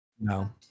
No